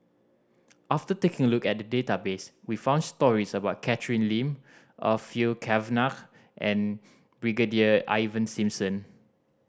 after taking a look at the database we found stories about Catherine Lim Orfeur Cavenagh and Brigadier Ivan Simson